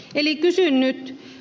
eli kysyn nyt